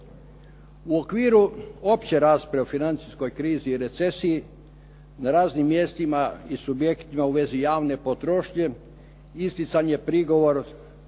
U okviru opće rasprave o financijskoj krizi i recesiji na raznim mjestima i subjektima u vezi javne potrošnje isticanje, prigovor